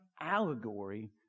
allegory